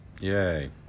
Yay